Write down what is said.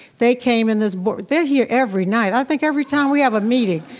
they came in this board, they're here every night. i think every time we have a meeting.